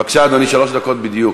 בבקשה, אדוני, שלוש דקות בדיוק.